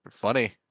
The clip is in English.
funny